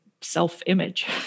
self-image